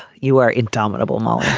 you are indomitable mom.